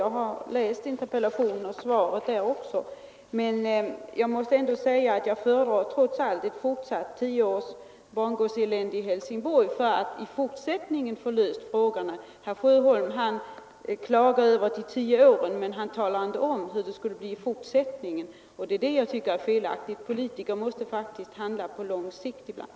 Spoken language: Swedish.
Jag har läst interpellationen och svaret, men jag måste ändå säga att jag föredrar tio år till av bangårdselände i Helsingborg för att i fortsättningen få frågorna lösta. Herr Sjöholm klagade över de tio åren, men talade inte om hur det skulle bli i fortsättningen, och det är fel. Politiker måste faktiskt handla på lång sikt ibland.